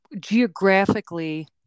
geographically